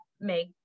make